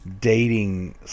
dating